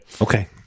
Okay